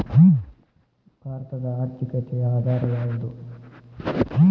ಭಾರತದ ಆರ್ಥಿಕತೆಯ ಆಧಾರ ಯಾವುದು?